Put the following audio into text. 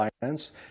finance